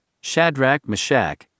Shadrach-Meshach